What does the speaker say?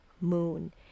moon